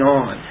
on